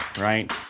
right